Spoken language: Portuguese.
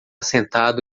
sentado